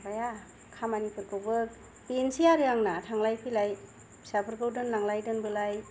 माबाया खामानिफोरखौ बेनोसै आरो आंना थांलाय फैलाय फिसाफोरखौ दोनलांलाय दोनबोलाय